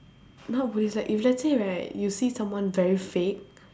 not police like if let's say right you see someone very fake